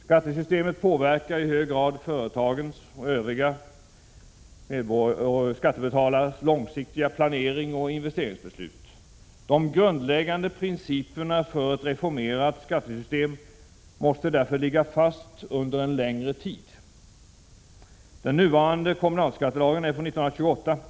Skattesystemet påverkar i hög grad företagens och övriga skattebetalares långsiktiga planering och investeringsbeslut. De grundläggande principerna för ett reformerat skattesystem måste därför ligga fast under en längre tid. Den nuvarande kommunalskattelagen är från 1928.